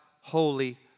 holy